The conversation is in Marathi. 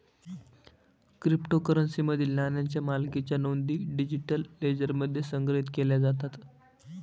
क्रिप्टोकरन्सीमधील नाण्यांच्या मालकीच्या नोंदी डिजिटल लेजरमध्ये संग्रहित केल्या जातात